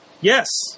Yes